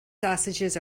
sausages